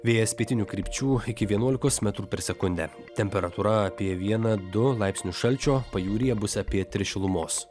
vėjas pietinių krypčių iki vienuolikos metrų per sekundę temperatūra apie vieną du laipsnius šalčio pajūryje bus apie tris šilumos